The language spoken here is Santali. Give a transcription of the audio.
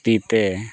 ᱛᱤᱛᱮ